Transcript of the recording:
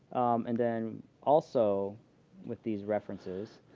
and then also with these references,